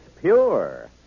pure